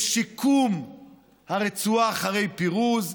לשיקום הרצועה אחרי פירוז,